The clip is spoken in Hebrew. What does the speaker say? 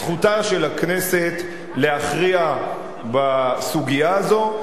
זכותה של הכנסת להכריע בסוגיה הזאת.